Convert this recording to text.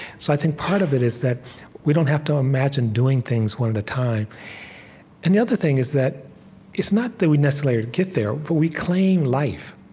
so i think part of it is that we don't have to imagine doing things one at a time and the other thing is that it's not that we necessarily get there, but we claim life,